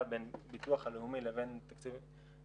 בין הביטוח הלאומי לבין תקציב המדינה.